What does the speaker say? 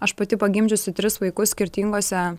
aš pati pagimdžiusi tris vaikus skirtingose